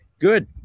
good